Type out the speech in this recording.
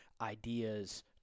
ideas